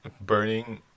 burning